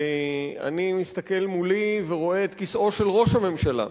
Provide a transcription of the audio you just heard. ואני מסתכל מולי ורואה את כיסאו של ראש הממשלה,